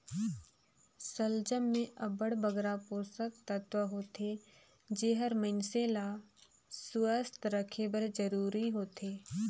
सलजम में अब्बड़ बगरा पोसक तत्व होथे जेहर मइनसे ल सुवस्थ रखे बर जरूरी होथे